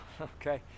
okay